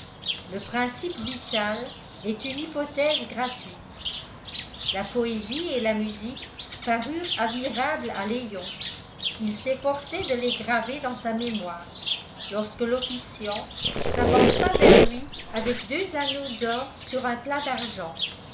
le principe vital est une hypothèse gratuite la poésie et la musique parurent admirables à léon il s'efforçait de les graver dans sa mémoire lorsque l'officiant s'avança vers lui avec deux anneaux d'or sur un plat d'argent